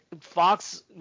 Fox